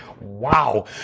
wow